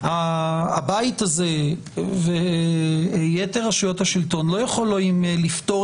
הבית הזה ויתר רשויות השלטון לא יכולים לפתור